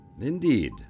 Indeed